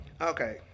Okay